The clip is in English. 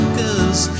cause